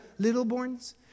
littleborns